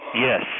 Yes